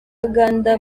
uganda